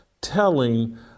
telling